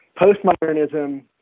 postmodernism